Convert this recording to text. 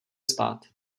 spát